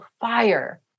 fire